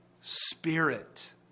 spirit